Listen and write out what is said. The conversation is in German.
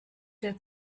der